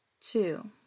two